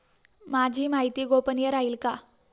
माझी माहिती गोपनीय राहील का?